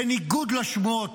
בניגוד לשמועות,